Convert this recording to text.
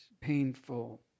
painful